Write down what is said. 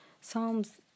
Psalms